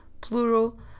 plural